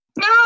No